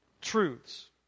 truths